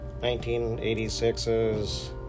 1986's